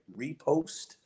repost